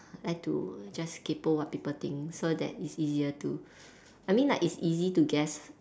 like to just kaypoh what people think so that it's easier to I mean like it's easy to guess